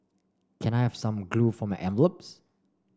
can I have some glue for my envelopes